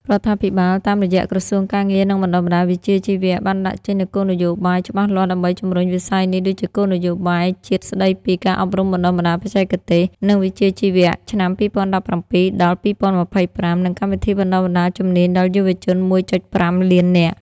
រដ្ឋាភិបាលតាមរយៈក្រសួងការងារ និងបណ្តុះបណ្តាលវិជ្ជាជីវៈ បានដាក់ចេញនូវគោលនយោបាយច្បាស់លាស់ដើម្បីជំរុញវិស័យនេះ ដូចជាគោលនយោបាយជាតិស្តីពី ការអប់រំបណ្តុះបណ្តាលបច្ចេកទេស និងវិជ្ជាជីវៈ ឆ្នាំ២០១៧-២០២៥ និងកម្មវិធីបណ្តុះបណ្តាលជំនាញដល់យុវជន ១.៥ លាននាក់។